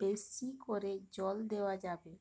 বেশী করে জল দেওয়া যাবে?